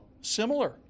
Similar